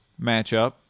matchup